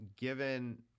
given